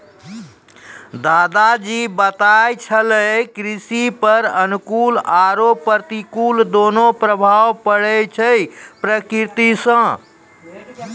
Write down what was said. दादा जी बताय छेलै कृषि पर अनुकूल आरो प्रतिकूल दोनों प्रभाव पड़ै छै प्रकृति सॅ